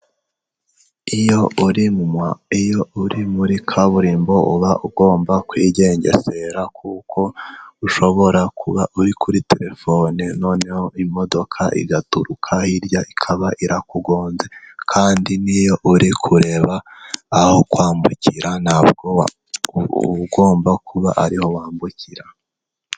Iyo uri muri kaburimbo uba ugomba kwigengesera, kuko ushobora kuba uri kuri trefone noneho imodoka igaturuka hirya ikaba irakugonze. Kandi n'iyo uri kureba aho kwambukira nta bwoba, uba ugomba kuba ariho wambukira.